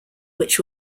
which